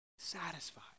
satisfied